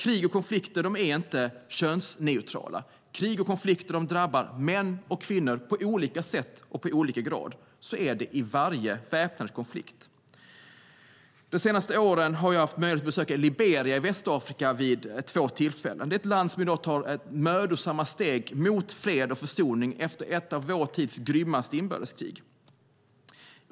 Krig och konflikter är inte könsneutrala. Krig och konflikter drabbar män och kvinnor på olika sätt och i olika grad. Så är det i varje väpnad konflikt. De senaste åren har jag haft möjlighet att besöka Liberia i Västafrika vid två tillfällen. Det är ett land som i dag tar mödosamma steg mot fred och försoning efter ett av vår tids grymmaste inbördeskrig.